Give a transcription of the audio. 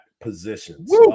positions